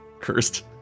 Cursed